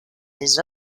des